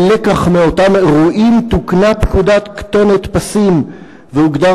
כלקח מאותם אירועים תוקנה פקודת "כתונת פסים" והוגדר